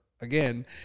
again